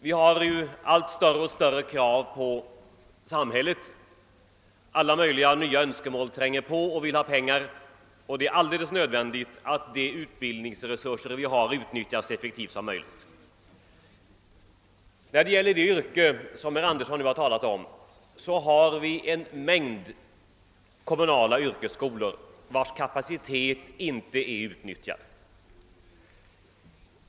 Vi ställer allt större och större krav på samhället, nya önskemål tränger på och vill ha pengar och det är alldeles nödvändigt att de utbildningsresurser vi har utnyttjas så effektivt som möjligt. När det gäller det yrke herr Andersson nu talat om har vi en mängd kommunala yrkesskolor, vilkas kapacitet inte är utnyttjad.